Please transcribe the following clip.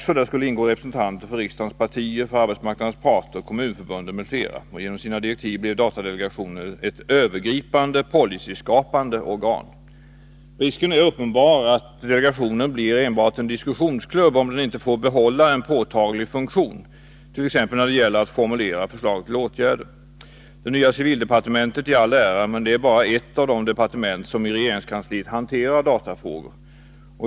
I delegationen skall ingå representanter för riksdagens partier, arbetsmarknadens parter, kommunförbunden m.fl. Genom sina direktiv blev datadelegationen ett övergripande, policyskapande organ. Risken är uppenbar att delegationen blir enbart en diskussionsklubb, om den inte får behålla en påtaglig funktion, t.ex. när det gäller att formulera förslag till åtgärder. Det nya civildepartementet i all ära, men det är bara ett av de departement inom regeringskansliet som hanterar datafrågor.